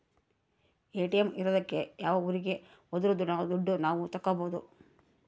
ATM ಇರೋದಕ್ಕೆ ಯಾವ ಊರಿಗೆ ಹೋದ್ರು ದುಡ್ಡು ನಾವ್ ತಕ್ಕೊಬೋದು